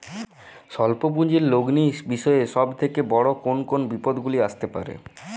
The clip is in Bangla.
স্বল্প পুঁজির লগ্নি বিষয়ে সব থেকে বড় কোন কোন বিপদগুলি আসতে পারে?